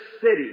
city